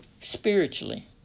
Spiritually